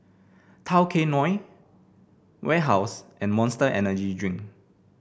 Tao Kae Noi Warehouse and Monster Energy Drink